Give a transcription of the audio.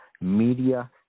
Media